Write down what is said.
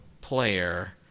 player